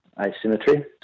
Asymmetry